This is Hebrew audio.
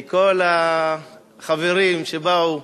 חברים שבאו,